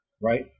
right